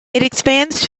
expands